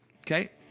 Okay